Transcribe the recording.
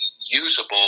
usable